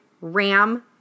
Ram